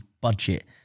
budget